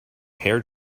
hair